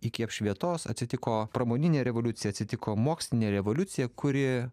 iki apšvietos atsitiko pramoninė revoliucija atsitiko mokslinė revoliucija kuri